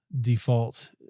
default